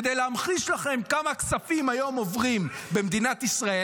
כדי להמחיש לכם כמה כספים היום עוברים במדינת ישראל,